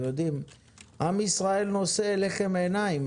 עם ישראל נושא אליכם עיניים,